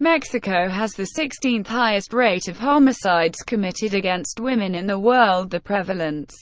mexico has the sixteenth highest rate of homicides committed against women in the world the prevalence